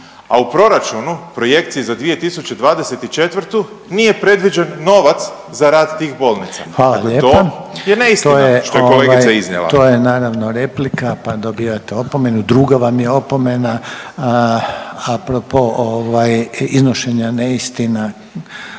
a u proračunu projekciji za 2024. nije predviđen novac za rad tih bolnica. To je neistina što je kolegica iznijela. **Reiner, Željko (HDZ)** Hvala lijepa. To je naravno replika, pa dobivate opomenu. Druga vam je opomena. A propos iznošenja neistina